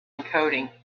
encoding